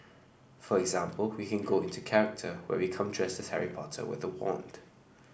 for example we can go into character where we come dresses Harry Potter with a wand